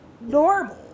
normal